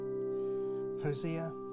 Hosea